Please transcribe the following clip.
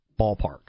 ballpark